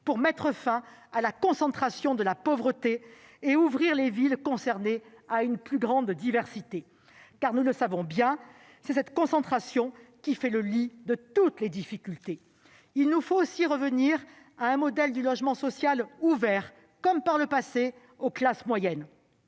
pour mettre fin à la concentration de la pauvreté et ouvrir les villes concernées à une plus grande diversité. Nous le savons bien : c'est cette concentration qui fait le lit de toutes les difficultés. Il nous faut aussi revenir à un modèle du logement social ouvert aux classes moyennes